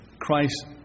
Christ